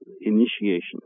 initiation